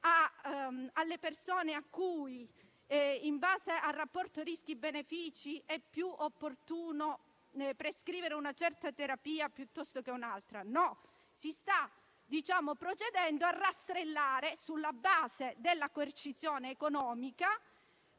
delle persone a cui, sulla base del rapporto rischi-benefici, è più opportuno prescrivere una certa terapia piuttosto che un'altra. No. Si sta procedendo a rastrellare, sulla base della coercizione economica,